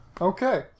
Okay